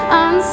on